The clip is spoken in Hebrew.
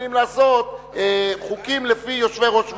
מתחילים לעשות חוקים לפי יושבי-ראש ועדות,